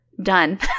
done